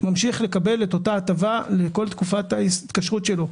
ממשיך לקבל אותה הטבה לכל תקופת ההתקשרות שלו.